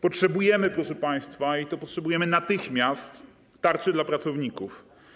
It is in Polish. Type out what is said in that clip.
Potrzebujemy, proszę państwa, i to potrzebujemy natychmiast, tarczy dla pracowników.